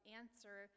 answer